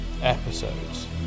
episodes